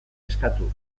eskatu